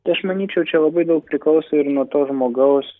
tai aš manyčiau čia labai daug priklauso ir nuo to žmogaus